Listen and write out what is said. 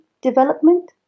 development